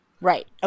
Right